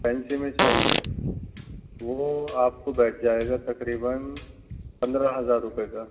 fancy میں چاہیے وہ آپ کو بیٹھ جائے گا تقریباً پندرہ ہزار روپے کا